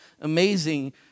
amazing